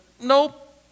nope